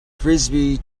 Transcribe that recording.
frisbee